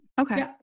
Okay